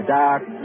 dark